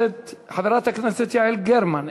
חברת הכנסת יעל גרמן,